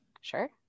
Sure